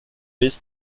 this